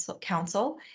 council